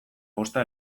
posta